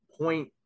point